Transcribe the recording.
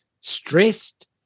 stressed